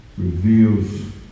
reveals